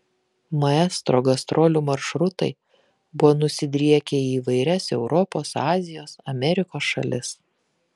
maestro gastrolių maršrutai buvo nusidriekę į įvairias europos azijos amerikos šalis